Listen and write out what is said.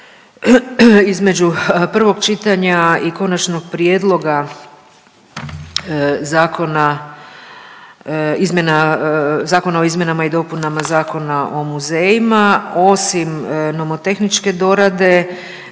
između prvog čitanja i Konačnog prijedloga zakona, izmjena, zakona o izmjenama i dopunama Zakona o muzejima osim nomotehničke dorade